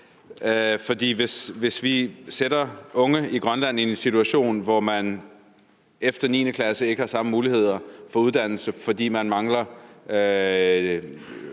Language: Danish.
Hvis de unge i Grønland efter 9. klasse ikke har samme muligheder for uddannelse, fordi de mangler